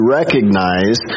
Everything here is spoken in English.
recognize